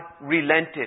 relented